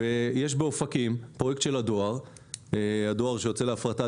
באופקים יש פרויקט של הדואר שיוצא להפרטה,